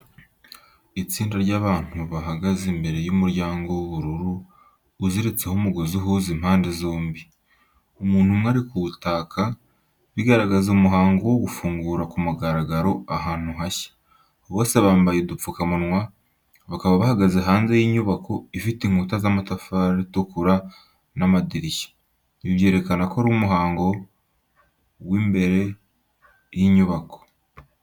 Itsinda ry’abantu bahagaze imbere y’umuryango w’ubururu uziritseho umugozi uhuza impande zombi. Umuntu umwe ari kuwukata, bigaragaza umuhango wo gufungura ku mugaragaro ahantu hashya. Bose bambaye udupfukamunwa, bakaba bahagaze hanze y’inyubako ifite inkuta z’amatafari atukura n’amadirishya. Ibi byerekana ko ari umuhango w’imbere y’inyubako.